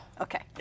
Okay